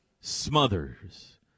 Smothers